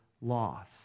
loss